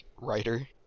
writer